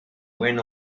wind